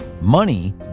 Money